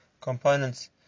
components